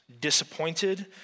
disappointed